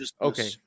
Okay